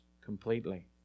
completely